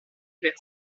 perd